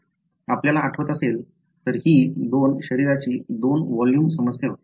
आपल्याला आठवत असेल तर ही दोन शरीराची 2 व्हॉल्यूम समस्या होती